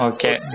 Okay